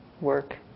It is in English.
work